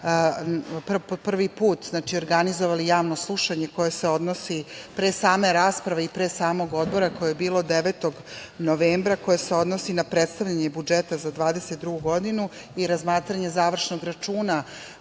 prvi put organizovali javno slušanje, pre same rasprave i pre samog Odbora, koje je bilo 9. novembra, koje se odnosi na predstavljanje budžeta za 2022. godinu i razmatranje završnog računa,